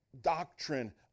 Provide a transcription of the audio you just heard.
doctrine